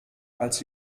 als